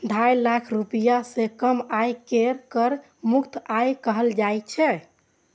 ढाई लाख रुपैया सं कम आय कें कर मुक्त आय कहल जाइ छै